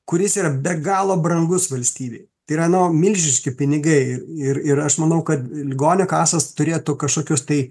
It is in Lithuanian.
kuris yra be galo brangus valstybei tai yra nu milžiniški pinigai ir ir ir aš manau kad ligonių kasos turėtų kažkokius tai